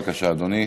בבקשה, אדוני.